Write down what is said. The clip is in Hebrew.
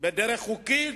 בדרך חוקית,